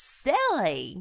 silly